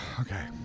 Okay